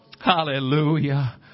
Hallelujah